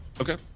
Okay